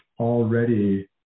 already